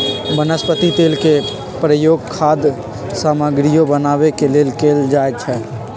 वनस्पति तेल के प्रयोग खाद्य सामगरियो बनावे के लेल कैल जाई छई